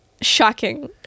shocking